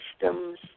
systems